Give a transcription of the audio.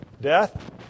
Death